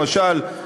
למשל,